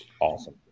Awesome